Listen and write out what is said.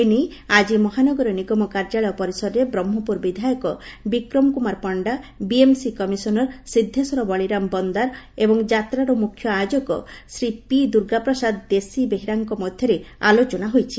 ଏ ନେଇ ଆଜି ମହାନଗର ନିଗମ କାର୍ଯ୍ୟାଳୟ ପରିସରରେ ବ୍ରହ୍କପୁର ବିଧାୟକ ଶ୍ରୀ ବିକ୍ରମ କୁମାର ପଶ୍ତା B M C commissioner Siddheshwar Baliram Bondar ଏବଂ ଯାତ୍ରାର ମୁଖ୍ୟ ଆୟୋଜକ ଶ୍ରୀ ପି ଦୁର୍ଗା ପ୍ରସାଦ ଦେଶିବେହେରାଙ୍କ ମଧ୍ଧରେ ଆଲୋଚନା ହୋଇଛି